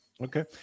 Okay